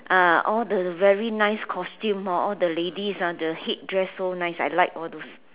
ah all the very nice costume hor all the ladies ah the headdress so nice I like all those